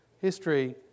history